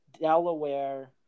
Delaware